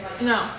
No